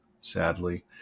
sadly